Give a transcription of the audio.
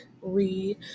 read